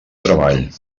treball